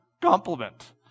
compliment